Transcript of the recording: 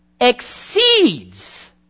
exceeds